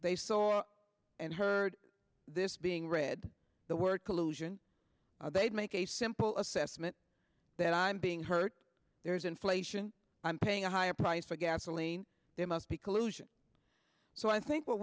they saw and heard this being read the word collusion they'd make a simple assessment that i'm being hurt there's inflation i'm paying a higher price for gasoline there must be collusion so i think what